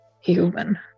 Human